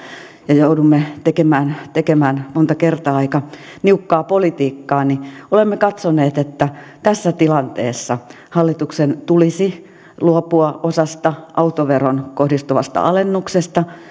ja joudumme tekemään tekemään monta kertaa aika niukkaa politiikkaa niin olemme katsoneet että tässä tilanteessa hallituksen tulisi luopua osasta autoveroon kohdistuvasta alennuksesta